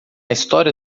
história